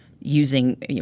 using –